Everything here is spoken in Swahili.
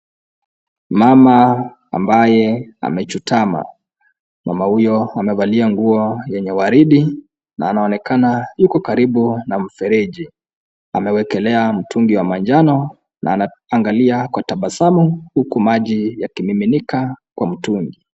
Mama ambaye amejutama, mama huyo amevalia nguo yenye waridhi na anaonekana yuku karibu na mfereji amewekelea mtungi wa manjano na anaangalia kwa tabasamu uku maji yakimiminika kwa mtungi.